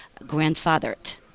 grandfathered